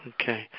Okay